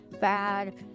bad